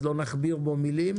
אז לא נכביר בו מילים.